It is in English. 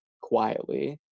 quietly